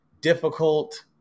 difficult